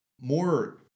more